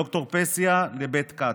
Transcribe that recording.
ד"ר פסיה לבית טקץ',